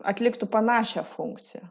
atliktų panašią funkciją